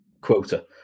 quota